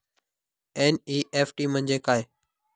NEFT म्हणजे काय?